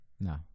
No